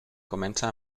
comença